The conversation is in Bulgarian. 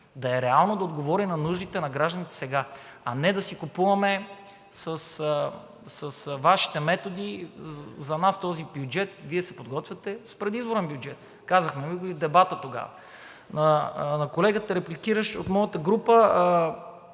реално да отговори на нуждите на гражданите сега, а не да си купуваме с Вашите методи. За нас Вие се подготвяте с предизборен бюджет, казахме Ви го и в дебата тогава. На колегата, репликиращ от моята група,